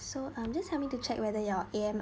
so um just help me to check whether your A_M